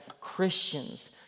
Christians